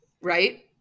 Right